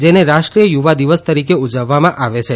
જેને રાષ્ટ્રીય યુવા દિવસ તરીકે ઉજવવામાં આવે છે